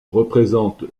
représente